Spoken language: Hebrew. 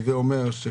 הווי אומר,